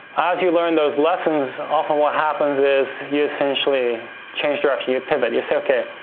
as you learn those lessons often what happens is you essentially change directions, you pivot. you say okay,